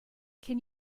can